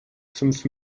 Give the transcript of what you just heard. fünf